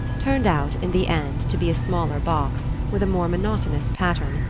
turned out, in the end, to be a smaller box, with a more monotonous pattern,